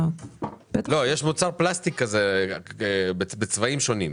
יש מוצר פלסטיק בצבעים שונים.